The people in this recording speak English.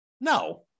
no